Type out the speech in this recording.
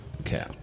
Okay